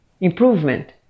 improvement